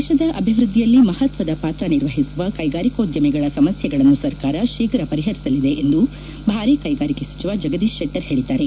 ದೇಶದ ಅಭಿವೃದ್ದಿಯಲ್ಲಿ ಮಹತ್ವದ ಪಾತ್ರ ನಿರ್ವಹಿಸುವ ಕೈಗಾರಿಕೋದ್ಯಮಿಗಳ ಸಮಸ್ಯೆಗಳನ್ನು ಸರ್ಕಾರ ಶೀಫ್ರ ಪರಿಹರಿಸಲಿದೆ ಎಂದು ಭಾರಿ ಕೈಗಾರಿಕೆ ಸಚಿವ ಜಗದೀಶ್ ಶೆಟ್ಟರ್ ಹೇಳಿದ್ದಾರೆ